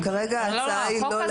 כרגע ההצעה היא לא להחריג.